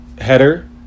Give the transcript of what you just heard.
header